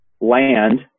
land